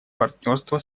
партнерства